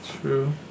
True